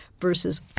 versus